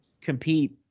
compete